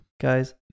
guys